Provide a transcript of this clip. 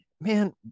man